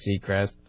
Seacrest